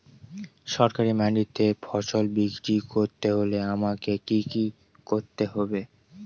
সরকারি মান্ডিতে ফসল বিক্রি করতে হলে আমাকে কি কি করতে হবে?